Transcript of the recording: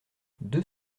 deux